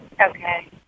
okay